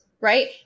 Right